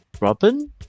Robin